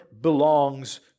belongs